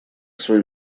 своим